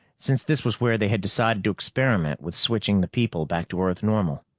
since this was where they had decided to experiment with switching the people back to earth-normal.